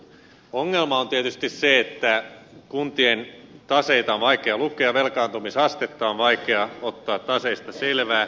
ongelma on tietysti se että kuntien taseita on vaikea lukea velkaantumisastetta on vaikea ottaa taseesta selvää